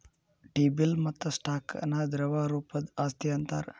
T bill ಮತ್ತ stock ನ ದ್ರವ ರೂಪದ್ ಆಸ್ತಿ ಅಂತಾರ್